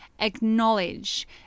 acknowledge